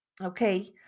okay